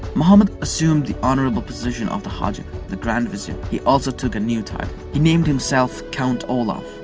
muhammad assumed the honorable position of the hajib, the grand vizier. he also took a new title. he named himself count olaf.